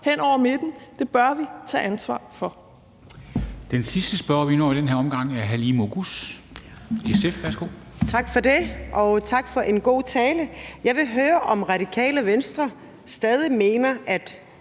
hen over midten. Det bør vi tage ansvar for.